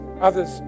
Others